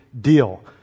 deal